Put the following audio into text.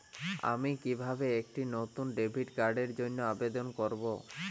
আমি কিভাবে একটি নতুন ডেবিট কার্ডের জন্য আবেদন করব?